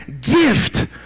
gift